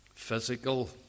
Physical